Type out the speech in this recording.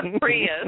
Prius